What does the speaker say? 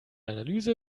analyse